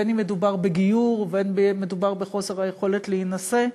בין שמדובר בגיור ובין שמדובר בחוסר היכולת להינשא.